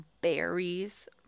berries